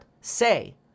say